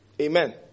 Amen